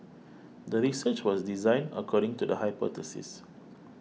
the research was designed according to the hypothesis